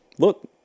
Look